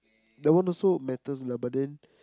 that one also matters lah but then